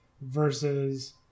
versus